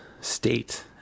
state